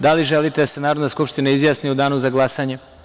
Da li želite da se Narodna skupština izjasni u danu za glasanje?